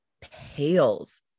pales